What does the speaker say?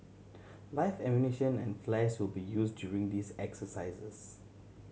live ammunition and flares will be used during these exercises